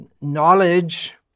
knowledge